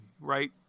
right